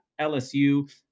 LSU